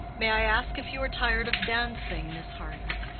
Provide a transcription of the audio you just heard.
may i ask if you are tired of dancing, miss harleth?